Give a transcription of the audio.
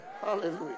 Hallelujah